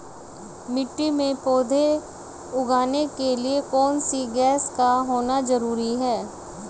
मिट्टी में पौधे उगाने के लिए कौन सी गैस का होना जरूरी है?